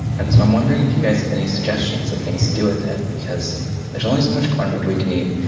and so, i'm wondering if you guys have any suggestions of things to do with it because there's only so much corn bread we can eat.